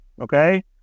okay